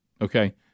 Okay